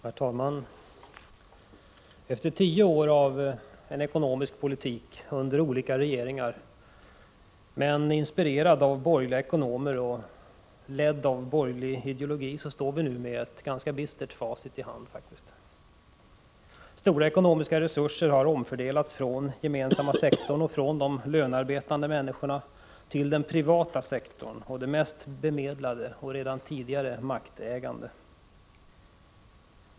Herr talman! Efter tio år av ekonomisk politik under olika regeringar men inspirerad av borgerliga ekonomer och ledd av borgerlig ideologi står vi nu med ett ganska bistert facit i hand: Stora ekonomiska resurser har omfördelats från den gemensamma sektorn och från de lönearbetande människorna till den privata sektorn och de mest bemedlade och redan tidigare maktägande.